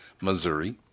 Missouri